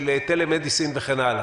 של טֶלֶה-מדיסין וכן הלאה.